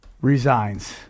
resigns